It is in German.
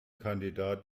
kandidat